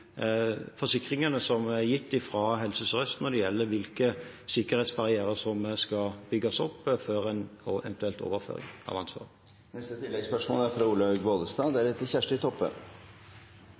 forsikringene som er gitt av Helse Sør-Øst når det gjelder hvilke sikkerhetsbarrierer som skal bygges opp, og eventuelt overføring av ansvar. Olaug V. Bollestad – til neste